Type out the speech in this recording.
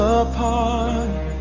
apart